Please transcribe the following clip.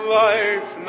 life